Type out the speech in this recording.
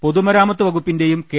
പൊതുമരാമത്ത് വകുപ്പി ന്റെയും കെ